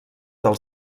del